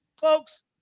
Folks